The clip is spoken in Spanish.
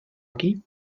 aquí